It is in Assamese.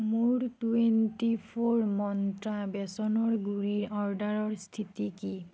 মোৰ টুৱেণ্টি ফ'ৰ মন্ত্ৰা বেচনৰ গুড়িৰ অৰ্ডাৰৰ স্থিতি কি